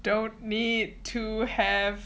don't need to have